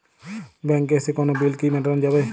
ব্যাংকে এসে কোনো বিল কি মেটানো যাবে?